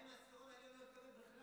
ומה אם העשירון העליון לא יקבל בכלל,